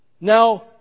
Now